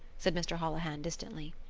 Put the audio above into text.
said mr. holohan distantly.